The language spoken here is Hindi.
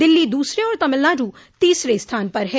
दिल्ली दूसरे और तमिलनाडु तीसरे स्थान पर है